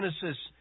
Genesis